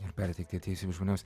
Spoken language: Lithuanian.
ir perteikti atėjusiems žmonėms